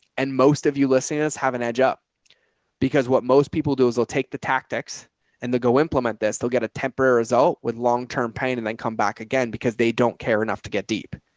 and most of you listening to this have an edge up because what most people do is they'll take the tactics and they'll go implement this. they'll get a temporary result with long-term pain and then come back again because they don't care enough to get deep.